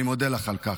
אני מודה לך על כך.